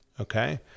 okay